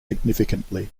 significantly